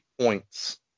points